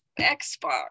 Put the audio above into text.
Xbox